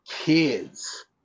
kids